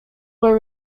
were